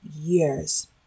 years